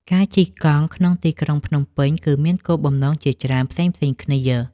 ការជិះកង់ក្នុងទីក្រុងភ្នំពេញ គឺមានគោលបំណងជាច្រើនផ្សេងៗគ្នា។